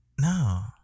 No